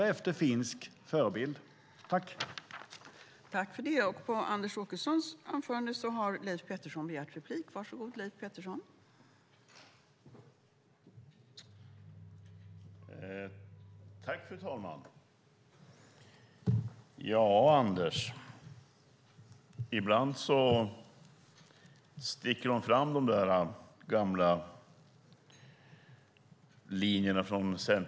I detta anförande instämde Anders Ahlgren och Daniel Bäckström .